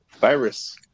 virus